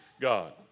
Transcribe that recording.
God